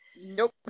Nope